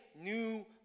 new